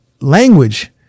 Language